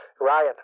Ryan